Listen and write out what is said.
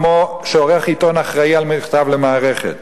כמו שעורך עיתון אחראי למכתב למערכת.